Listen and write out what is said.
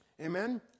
Amen